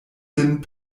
sin